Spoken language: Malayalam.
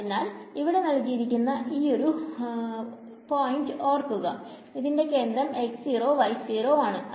അതിനാൽ ഓർക്കുക ഇതിന്റെ കേന്ദ്രം ആണ്